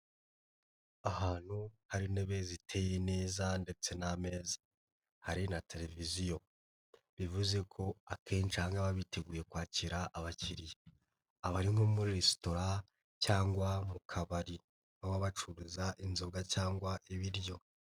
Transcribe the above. Ahantu hari intebe ziteye neza ndetse n'ameza, hari na tereviziyo, bivuze ko akenshi aha ngaha baba biteguye kwakira abakiriya, aba ari muri resitora cyangwa mu kabari, baba bacuruza inzoga cyangwa ibiryo.